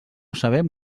sabem